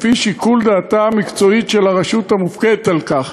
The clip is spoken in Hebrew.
לפי שיקול דעתה המקצועי של הרשות המופקדת על כך".